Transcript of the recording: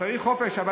צריך חופש,